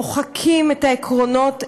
מוחקים את העקרונות,